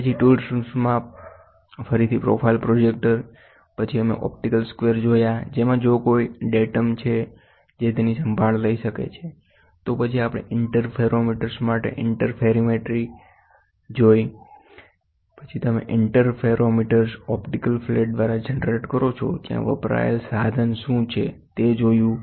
પછી ટૂલ રૂમ્સમાં ફરીથી પ્રોફાઇલ પ્રોજેક્ટર પછી અમે ઓપ્ટિકલ સ્ક્વેર જોયા જેમાં જો કોઈ ડેટમ છે જે તેની સંભાળ લઈ શકે છે તો પછી આપણે ઇન્ટરફેરોમીટર્સ માટે ઇન્ટરફેરિમેટ્રી માર્ગદર્શિકા જોઇ છે તો પછી તમે ઇન્ટરફેરોમીટર્સ ઓપ્ટિકલ ફ્લેટ દ્વારા જનરેટ કરો છો ત્યાં વપરાયેલ સાધન શું છે તે જોયુ